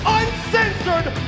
uncensored